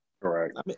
Correct